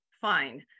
fine